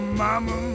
mama